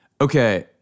Okay